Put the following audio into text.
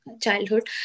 childhood